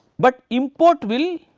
but import will